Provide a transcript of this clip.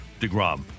DeGrom